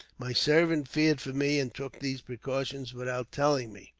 my servant feared for me, and took these precautions without telling me.